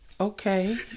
Okay